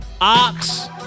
Ox